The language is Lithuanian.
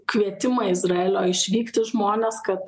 kvietimą izraelio išvykti žmonės kad